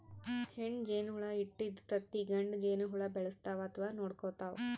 ಹೆಣ್ಣ್ ಜೇನಹುಳ ಇಟ್ಟಿದ್ದ್ ತತ್ತಿ ಗಂಡ ಜೇನಹುಳ ಬೆಳೆಸ್ತಾವ್ ಅಥವಾ ನೋಡ್ಕೊತಾವ್